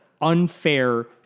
unfair